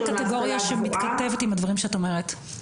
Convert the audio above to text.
קטגוריה שמתכתבת עם הדברים שאת אומרת.